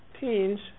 teens